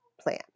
plan